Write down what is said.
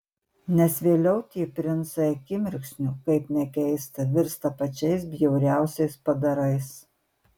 nes vėliau tie princai akimirksniu kaip nekeista virsta pačiais bjauriausiais padarais